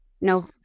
no